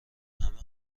همه